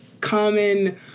common